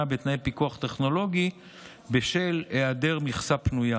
בתנאי פיקוח טכנולוגי בשל היעדר מכסה פנויה.